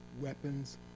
weapons